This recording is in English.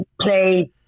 play